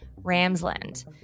Ramsland